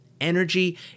Energy